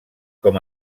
com